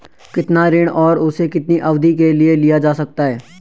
कितना ऋण और उसे कितनी अवधि के लिए लिया जा सकता है?